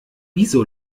wieso